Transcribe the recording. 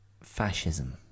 fascism